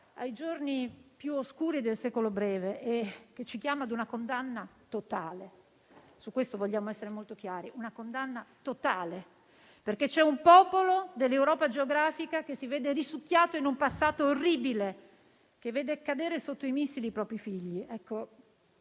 ai giorni più oscuri del secolo breve e che ci chiama a una condanna totale. Su questo vogliamo essere molto chiari: la condanna è totale, perché c'è un popolo dell'Europa geografica che si vede risucchiato in un passato orribile, che vede cadere sotto i missili i propri figli.